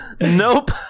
Nope